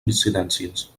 incidències